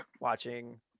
watching